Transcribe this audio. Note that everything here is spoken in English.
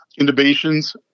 intubations